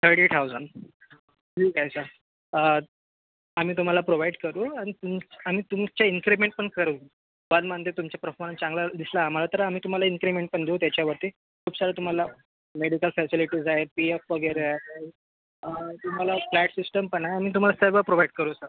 thirty thousand ठीक आहे sir आम्ही तुम्हाला प्रोव्हाइड करू आणि तुम आम्ही तुमचे इंक्रिमेंट पण करू पर मंथ तुमचा प्रफोन्स चांगला दिसला आम्हाला तर आम्ही तुम्हाला इंक्रिमेंट पण देऊ त्याच्यावरती खूप साऱ्या तुम्हाला मेडिकल फॅसिलिटीज आहेत पी एफ वगैरे आहे तुम्हाला फ्लॅट सिस्टम पण आहे आणि तुम्हाला सर्व प्रोव्हाइड करू सर